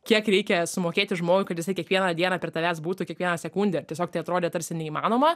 kiek reikia sumokėti žmogui kad jisai kiekvieną dieną prie tavęs būtų kiekvieną sekundę tiesiog tai atrodė tarsi neįmanoma